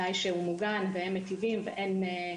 בתנאי שהוא מוגן ואין גורמים פוגעניים.